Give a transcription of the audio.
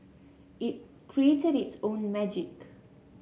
it created its own magic